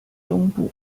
东部